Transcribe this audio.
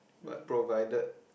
but provided